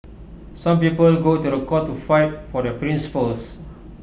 some people go to court to fight for the principles